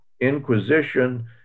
Inquisition